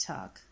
Talk